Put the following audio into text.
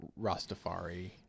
Rastafari